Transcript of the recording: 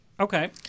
Okay